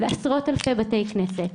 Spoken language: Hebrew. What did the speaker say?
ועשרות אלפי בתי כנסת.